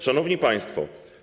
Szanowni Państwo!